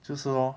就是 lor